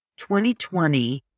2020